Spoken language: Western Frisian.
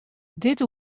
dit